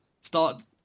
start